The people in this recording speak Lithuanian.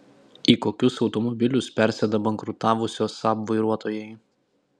į kokius automobilius persėda bankrutavusio saab vairuotojai